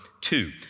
two